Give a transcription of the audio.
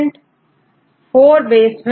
DNA है तो 4 ठीक है